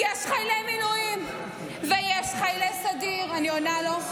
יש חיילי מילואים ויש חיילי סדיר, אני עונה לו.